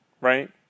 right